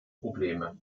probleme